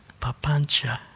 Papancha